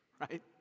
right